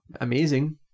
amazing